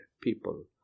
people